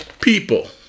people